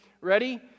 Ready